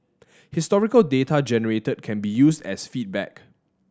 historical data generated can be used as feedback